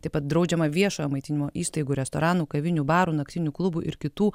taip pat draudžiama viešojo maitinimo įstaigų restoranų kavinių barų naktinių klubų ir kitų